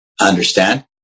understand